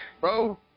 Bro